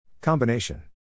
Combination